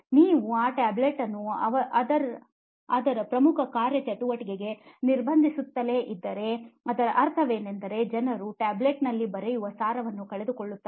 ನೀವು ಆ ಟ್ಯಾಬ್ಲೆಟ್ ಅನ್ನು ಅದರ ಪ್ರಮುಖ ಕಾರ್ಯಚಟುವಟಿಕೆಗೆ ನಿರ್ಬಂಧಿಸುತ್ತಲೇ ಇದ್ದರೆ ಅದರ ಅರ್ಥವೇನೆಂದರೆ ಜನರು ಟ್ಯಾಬ್ಲೆಟ್ನಲ್ಲಿ ಬರೆಯುವ ಸಾರವನ್ನು ಕಳೆದುಕೊಳ್ಳುತ್ತಾರೆ